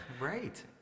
Right